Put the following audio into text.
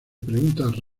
preguntas